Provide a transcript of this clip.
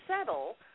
settle